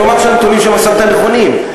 נאמר שהנתונים שמסרת נכונים.